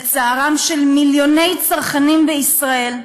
ולצערם של מיליוני צרכנים בישראל,